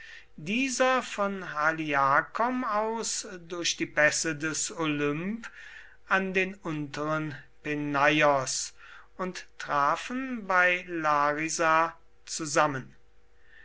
dieser vom haliakmon aus durch die pässe des olymp an den unteren peneios und trafen bei larisa zusammen